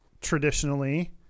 traditionally